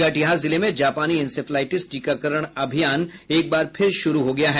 कटिहार जिले में जापानी इंसेफ्लाईटिस टीकाकरण अभियान एक बार फिर शुरू हो गया है